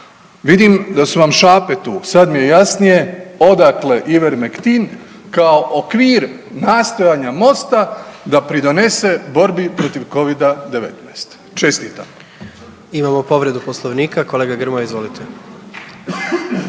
Vidim da su vam šape tu, sad mi je jasnije odakle Ivermectin kao okvir nastojanja Mosta da pridonese borbi protiv Covida-19. Čestitam. **Jandroković, Gordan (HDZ)** Imamo povredu Poslovnika, kolega Grmoja izvolite.